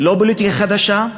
לא פוליטיקה חדשה,